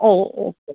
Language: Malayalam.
ഓ ഓക്കെ